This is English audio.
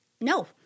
no